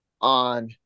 on